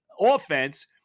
offense